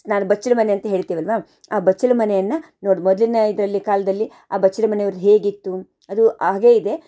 ನಾವು ಬಚ್ಚಲ ಮನೆ ಅಂತ ಹೇಳ್ತೀವಲ್ವಾ ಆ ಬಚ್ಚಲ ಮನೆಯನ್ನು ನೋಡಿ ಮೊದಲಿನ ಇದರಲ್ಲಿ ಕಾಲದಲ್ಲಿ ಆ ಬಚ್ಚಲು ಮನೆ ಅವ್ರ್ದು ಹೇಗಿತ್ತು ಅದು ಹಾಗೇ ಇದೆ